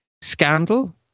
scandal